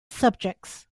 subjects